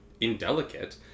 indelicate